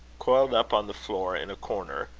coiled up on the floor in a corner,